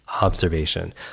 observation